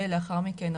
לאחר מכן,